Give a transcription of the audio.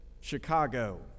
Chicago